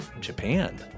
Japan